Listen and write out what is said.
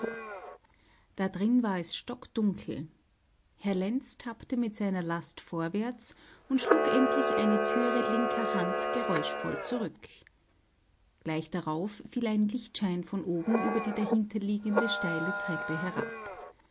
da drin war es stockdunkel herr lenz tappte mit seiner last vorwärts und schlug endlich eine thüre linker hand geräuschvoll zurück gleich darauf fiel ein lichtschein von oben über die dahinterliegende steile treppe herab